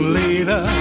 later